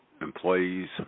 employees